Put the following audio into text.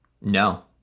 No